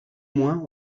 moins